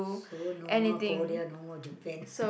so no more Korea no more Japan